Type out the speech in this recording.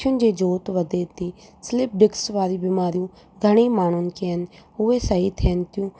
अखियुनि जी जोति वधे थी स्लिप डिस्क वारी बीमारियूं घणेई माण्हुनि खे आहिनि उहे सही थियनि थियूं